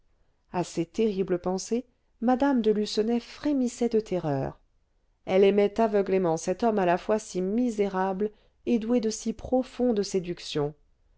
à ces terribles pensées mme de lucenay frémissait de terreur elle aimait aveuglément cet homme à la fois si misérable et doué de si profondes séductions